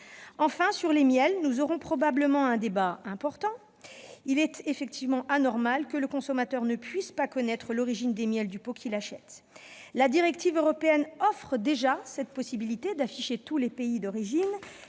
Enfin, les miels donneront probablement lieu à un débat important. Il est anormal que le consommateur ne puisse pas connaître l'origine des miels qu'il achète. La directive européenne offre déjà la possibilité d'afficher tous les pays d'origine,